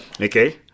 Okay